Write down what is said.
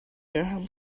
durham